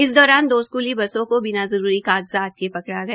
इस दौरान दो स्कूली बसों को बिना जरूरी कागजाता के पकड़ा गया